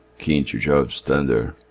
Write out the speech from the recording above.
kin to jove's thunder,